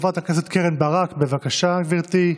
חברת הכנסת קרן ברק, בבקשה, גברתי.